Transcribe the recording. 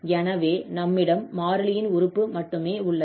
எனவே நம்மிடம் மாறிலியின் உறுப்பு மட்டுமே உள்ளது